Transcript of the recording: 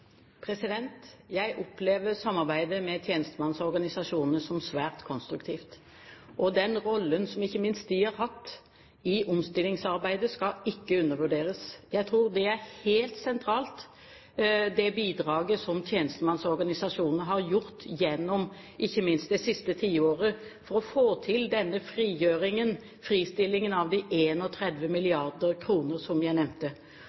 Jeg opplever samarbeidet med tjenestemannsorganisasjonene som svært konstruktivt. Den rollen som ikke minst de har hatt i omstillingsarbeidet, skal ikke undervurderes. Jeg tror bidraget fra tjenestemannsorganisasjonene har vært helt sentralt, ikke minst gjennom det siste tiåret, for å få til denne frigjøringen: fristillingen av de 31 mrd. kr, som jeg nevnte.